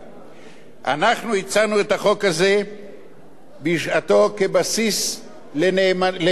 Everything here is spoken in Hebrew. אנחנו הצענו את החוק הזה בשעתו כבסיס לאזרחות במדינה,